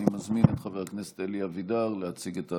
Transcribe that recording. אני מזמין את חבר הכנסת אלי אבידר להציג את ההצעה,